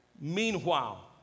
Meanwhile